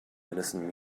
anderson